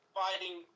fighting